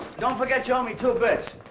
don't forget you owe me two bits.